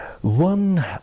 one